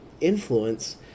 influence